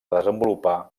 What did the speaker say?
desenvolupar